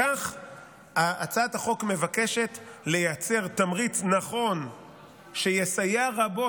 כך הצעת החוק מבקשת לייצר תמריץ נכון שיסייע רבות.